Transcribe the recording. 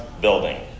building